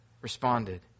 responded